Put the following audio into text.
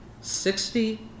Sixty